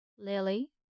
Lily